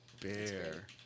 Bear